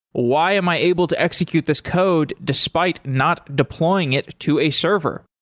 why am i able to execute this code despite not deploying it to a server?